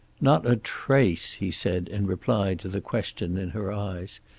not a trace, he said, in reply to the question in her eyes.